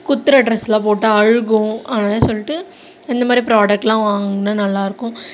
குத்துகிற ட்ரெஸெல்லாம் போட்டால் அழுகும் அதனால் சொல்லிட்டு இந்தமாதிரி ப்ராடக்டெல்லாம் வாங்கினா நல்லாயிருக்கும்